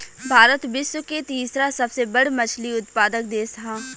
भारत विश्व के तीसरा सबसे बड़ मछली उत्पादक देश ह